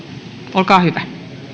olkaa hyvä